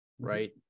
right